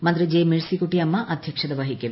മന്ത്രി ജെ മേഴ്സിക്കുട്ടിയമ്മ അദ്ധ്യക്ഷത വഹിക്കും